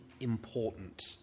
important